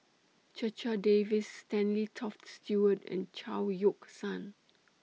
Checha Davies Stanley Toft Stewart and Chao Yoke San